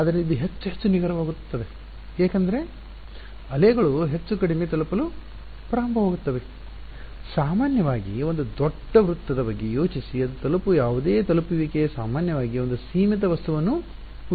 ಆದ್ದರಿಂದ ಇದು ಹೆಚ್ಚು ಹೆಚ್ಚು ನಿಖರವಾಗುತ್ತದೆ ಏಕೆಂದರೆ ಅಲೆಗಳು ಹೆಚ್ಚು ಕಡಿಮೆ ತಲುಪಲು ಪ್ರಾರಂಭವಾಗುತ್ತವೆ ಸಾಮಾನ್ಯವಾಗಿ ಒಂದು ದೊಡ್ಡ ವೃತ್ತದ ಬಗ್ಗೆ ಯೋಚಿಸಿ ಅದು ತಲುಪುವ ಯಾವುದೇ ತಲುಪುವಿಕೆಯು ಸಾಮಾನ್ಯವಾಗಿ ಒಂದು ಸೀಮಿತ ವಸ್ತುವನ್ನು ಉಹಿಸುತ್ತದೆ